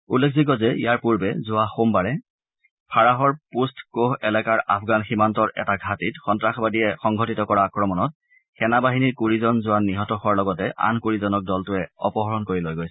উল্লেখযোগ্য যে ইয়াৰ পূৰ্বে যোৱা সোমবাৰে ফাৰাহৰ পুষ্ট্ কোহ এলেকাৰ আফগান সীমান্তৰ এটা ঘাটিত সন্নাসবাদীয়ে সংঘটিত কৰা আক্ৰমণত সেনা বাহিনীৰ কুৰিজন জোৱান নিহত হোৱাৰ লগতে আন কুৰিজনক দলটোৱে অপহৰণ কৰি লৈ গৈছিল